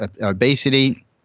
obesity